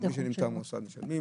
מי שנמצא במוסד משלמים,